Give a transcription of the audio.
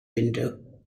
window